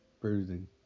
bruising